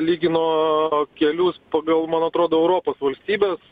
lygino kelius pagal man atrodo europos valstybes